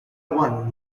one